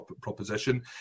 proposition